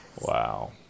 Wow